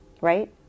right